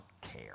care